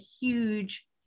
huge